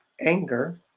anger